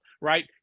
right